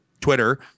Twitter